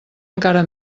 encara